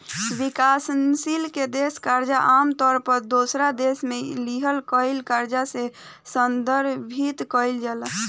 विकासशील देश के कर्जा आमतौर पर दोसरा देश से लिहल गईल कर्जा से संदर्भित कईल जाला